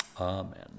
Amen